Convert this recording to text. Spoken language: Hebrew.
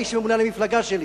האיש שממונה על המפלגה שלי,